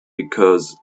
because